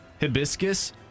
hibiscus